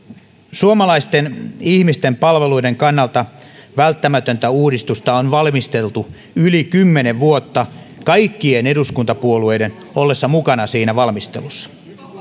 suomalaisten ihmisten palveluiden kannalta välttämätöntä uudistusta on valmisteltu yli kymmenen vuotta kaikkien eduskuntapuolueiden ollessa mukana siinä valmistelussa